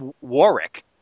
Warwick